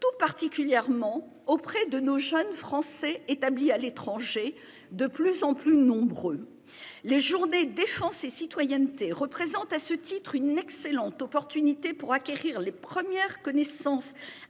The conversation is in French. tout particulièrement auprès de nos jeunes, Français établis à l'étranger de plus en plus nombreux. Les Journée défense et citoyenneté représente à ce titre une excellente opportunité pour acquérir les premières connaissances